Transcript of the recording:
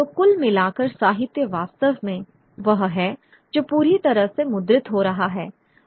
तो कुल मिलाकर साहित्य वास्तव में वह है जो पूरी तरह से मुद्रित हो रहा है